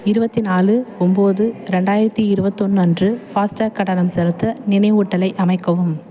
இருபத்தி நாலு ஒம்பது ரெண்டாயிரத்து இருவத்தொன்று அன்று ஃபாஸ்டாக் கட்டணம் செலுத்த நினைவூட்டலை அமைக்கவும்